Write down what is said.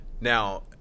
Now